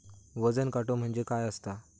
वजन काटो म्हणजे काय असता?